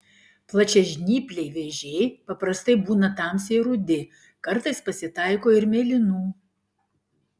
plačiažnypliai vėžiai paprastai būna tamsiai rudi kartais pasitaiko ir mėlynų